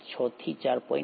6 થી 4